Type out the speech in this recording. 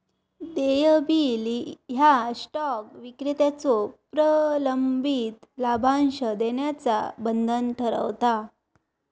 देय बिल ह्या स्टॉक विक्रेत्याचो प्रलंबित लाभांश देण्याचा बंधन ठरवता